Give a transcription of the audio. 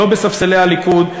לא בספסלי הליכוד,